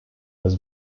was